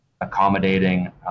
accommodating